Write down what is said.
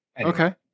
Okay